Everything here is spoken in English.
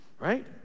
right